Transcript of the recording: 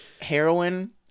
heroin